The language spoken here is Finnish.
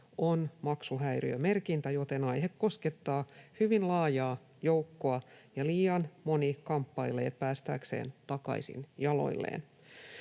on maksuhäiriömerkintä, joten aihe koskettaa hyvin laajaa joukkoa, ja liian moni kamppailee päästäkseen takaisin jaloilleen.